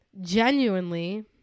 genuinely